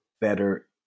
better